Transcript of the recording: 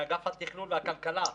לאגף התכנון והכלכלה.